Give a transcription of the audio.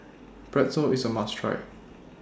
Pretzel IS A must Try